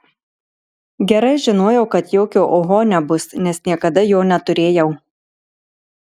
gerai žinojau kad jokio oho nebus nes niekada jo neturėjau